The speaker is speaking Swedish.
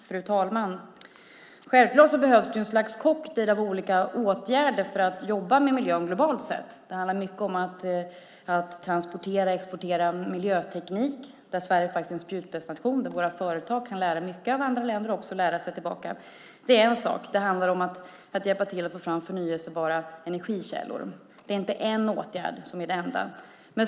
Fru talman! Självklart behövs det ett slags cocktail av olika åtgärder för att jobba med miljön globalt. Det handlar mycket om att transportera och exportera miljöteknik. Där är Sverige en spjutspetsnation. Våra företag kan lära andra mycket och också lära sig tillbaka. Det är en sak. Det handlar om att hjälpa till att få fram förnybara energikällor. Det är inte en åtgärd som är det enda.